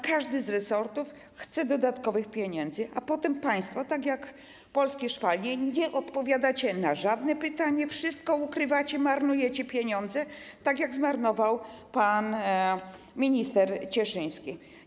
Każdy z resortów chce dodatkowych pieniędzy, a potem państwo, tak jak w przypadku ˝Polskich szwalni˝, nie odpowiadacie na żadne pytanie, wszystko ukrywacie, marnujecie pieniądze, tak jak zmarnował pan minister Cieszyński.